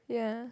yeah